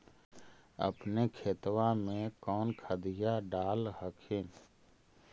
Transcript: अपने खेतबा मे कौन खदिया डाल हखिन?